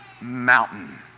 mountain